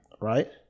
right